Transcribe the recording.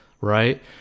right